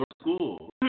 school